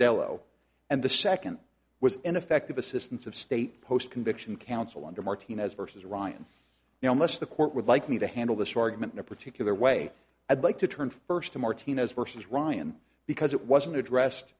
dello and the second was ineffective assistance of state post conviction counsel under martinez vs ryan now unless the court would like me to handle this argument in a particular way i'd like to turn first to martinez versus ryan because it wasn't addressed